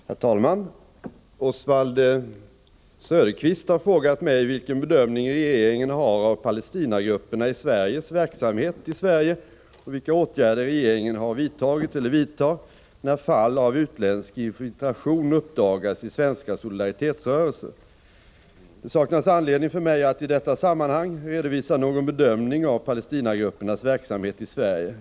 Herr talman! Oswald Söderqvist har frågat mig vilken bedömning regeringen har av Palestinagrupperna i Sveriges verksamhet i Sverige och vilka åtgärder regeringen har vidtagit eller vidtar när fall av utländsk infiltration uppdagas i svenska solidaritetsrörelser. Det saknas anledning för mig att i detta sammanhang redovisa någon bedömning av Palestinagruppernas verksamhet i Sverige.